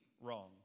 wrong